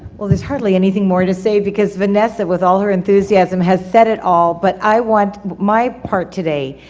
well, there's hardly anything more to say, because vanessa, with all her enthusiasm, has said it all. but i want, my part today,